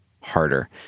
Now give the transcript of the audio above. harder